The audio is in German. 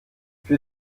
für